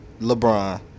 LeBron